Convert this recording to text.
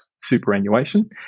superannuation